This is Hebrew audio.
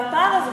והפער הזה,